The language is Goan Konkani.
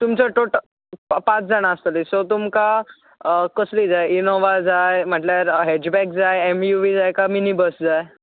तुमचे टोटल पांच जाणां आसतली सो तुमकां कसली जाय इनोव्हा जाय म्हणल्यार हॅचबॅक जाय एमयुवी जाय कांय मिनी बस जाय